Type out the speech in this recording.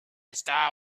star